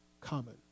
common